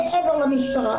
מעבר למשטרה,